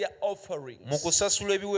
offerings